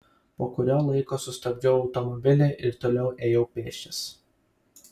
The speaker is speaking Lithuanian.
po kurio laiko sustabdžiau automobilį ir toliau ėjau pėsčias